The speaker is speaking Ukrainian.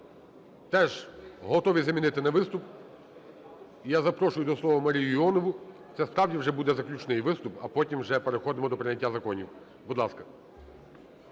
Теж готові замінити на виступ. І я запрошую до слова Марію Іонову. Це справді вже буде заключний виступ, а потім вже переходимо до прийняття законів. Будь ласка.